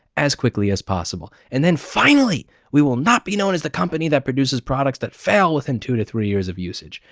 as quickly as possible. and then finally we will not be known as the company that produces products that fail within two to three years of usage.